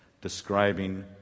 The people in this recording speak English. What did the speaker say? describing